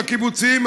הקיבוצים,